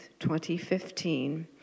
2015